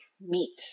meat